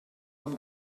them